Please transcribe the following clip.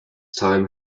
time